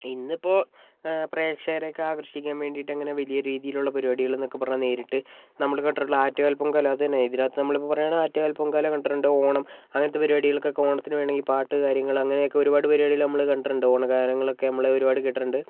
ഇന്നിപ്പോൾ പ്രേക്ഷകരൊക്കെ ആകർഷിക്കാൻ വേണ്ടിയിട്ട് അങ്ങനെ വലിയ രീതിയിലുള്ള പരിപാടികളെന്നൊക്കെ പറഞ്ഞാൽ നേരിട്ട് നമ്മൾ കേട്ടിട്ടുള്ള ആറ്റുകാൽ പൊങ്കാല അതു തന്നെ ഇതിനകത്ത് നമ്മളിപ്പോൾ പറയുകയാണെങ്കിൽ ആറ്റുകാൽ പൊങ്കാല കണ്ടിട്ടുണ്ട് ഓണം അങ്ങനത്തെ പരിപാടികളൊക്കെ ഓണത്തിന് വേണമെങ്കിൽ പാട്ട് കാര്യങ്ങൾ അങ്ങനെ ഒരുപാട് പരിപാടികൾ നമ്മൾ കണ്ടിട്ടുണ്ട് ഓണഗാനങ്ങളൊക്കെ ഒരുപാട് നമ്മൾ കേട്ടിട്ടുണ്ട്